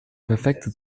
perfekte